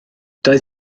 doedd